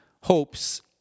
hopes